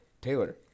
Taylor